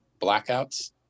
blackouts